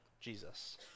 Jesus